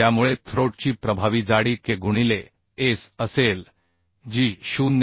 त्यामुळे थ्रोट ची प्रभावी जाडी K गुणिले S असेल जी 0